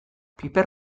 piper